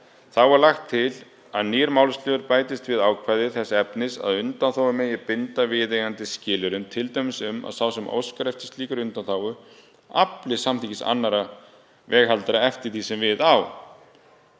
Þá er lagt til að nýr málsliður bætist við ákvæðið þess efnis að undanþágu megi binda viðeigandi skilyrðum, t.d. um að sá sem óskar eftir slíkri undanþágu afli samþykkis annarra veghaldara eftir því sem við á.